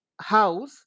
house